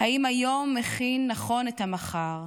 האם היום מכין נכון את המחר.